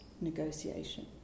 negotiation